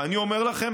ואני אומר לכם,